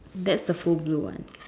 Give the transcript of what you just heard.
that's the full blue one